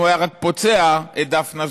אם הוא היה רק פוצע את דפנה,